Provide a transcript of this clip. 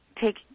take